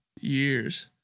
years